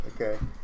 Okay